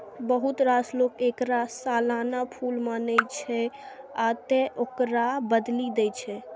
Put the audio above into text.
बहुत रास लोक एकरा सालाना फूल मानै छै, आ तें एकरा बदलि दै छै